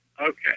Okay